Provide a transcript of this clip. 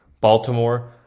Baltimore